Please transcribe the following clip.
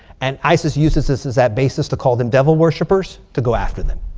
and isis uses this as that basis to call them devil worshippers to go after them.